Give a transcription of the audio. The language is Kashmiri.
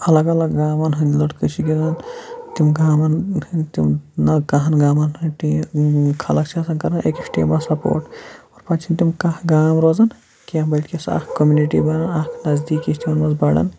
الگ الگ گامَن ہٕنٛدۍ لٔڑکہٕ چھِ گِںٛدان تِم گامَن ہِنٛدۍ تِم نہٕ کَہہ ہَن گامَن ہٕنٛدۍ ٹی یہِ خلق چھِ آسان کَران أکِس ٹیٖمَس سپوٹ اور پَتہٕ چھِنہٕ تِم کاہہ گام روزان کینٛہہ بلکہِ چھِ سُہ اَکھ کَمنِٹی بَنان اَکھ نزدیٖکی چھِ تِمَن منٛز بَڑان